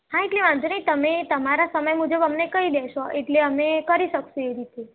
હા એટલે વાંધો નહીં તમે તમારા સમય મુજબ અમને કહી દેશો એટલે અમે કરી શકીશું એ રીતે